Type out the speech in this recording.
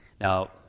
Now